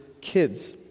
kids